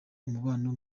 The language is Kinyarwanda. umubano